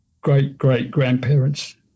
great-great-grandparents